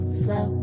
slow